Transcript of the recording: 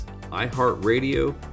iHeartRadio